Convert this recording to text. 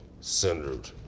centered